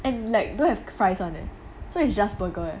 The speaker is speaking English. and like don't have fries [one] leh so it's just burger leh